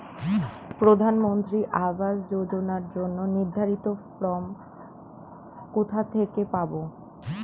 প্রধানমন্ত্রী আবাস যোজনার জন্য নির্ধারিত ফরম কোথা থেকে পাব?